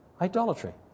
idolatry